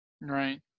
Right